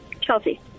Chelsea